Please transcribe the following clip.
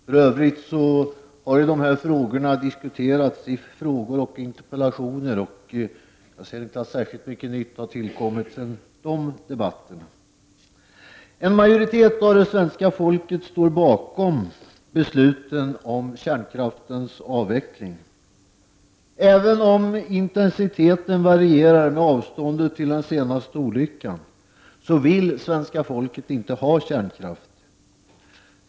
För övrigt har ju dessa frågor diskuterats i frågeoch interpellationsdebatter, och jag ser inte att särskilt mycket nytt har tillkommit sedan dessa debatter. En majoritet av det svenska folket står bakom besluten om kärnkraftens avveckling. Även om intensiteten varierar med avståndet till den senaste olyckan vill svenska folket inte ha kärnkraft.